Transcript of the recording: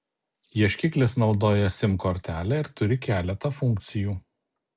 ieškiklis naudoja sim kortelę ir turi keletą funkcijų